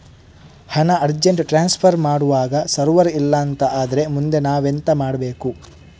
ಹಣ urgent transfer ಮಾಡ್ವಾಗ server ಇಲ್ಲಾಂತ ಆದ್ರೆ ಮುಂದೆ ನಾವೆಂತ ಮಾಡ್ಬೇಕು?